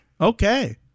Okay